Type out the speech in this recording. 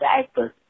diapers